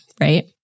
right